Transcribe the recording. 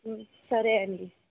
సరే అండి